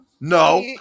no